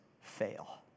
fail